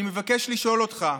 אני מבקש לשאול אותך: